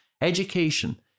Education